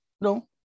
No